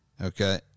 Okay